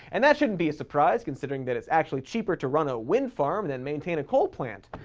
and that shouldn't be a surprise considering that it's actually cheaper to run a wind farm than maintain a coal plant.